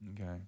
Okay